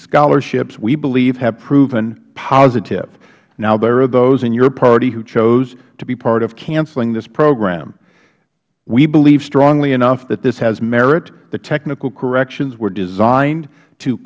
scholarships we believe have proven positive now there are those in your party who chose to be part of canceling this program we believe strongly enough that this has merit the technical corrections were designed to